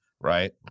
right